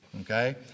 Okay